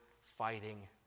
fighting